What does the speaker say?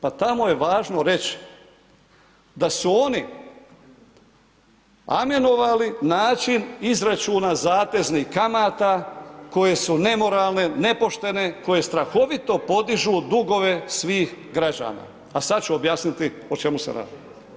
Pa tamo je važno reć da su oni amenovali način izračuna zateznih kamata koje su nemoralne, nepoštene, koje strahovito podižu dugove svih građana, a sad ću objasniti o čemu se radi.